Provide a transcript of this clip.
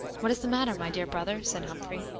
what is the matter, my dear brother? said humphrey.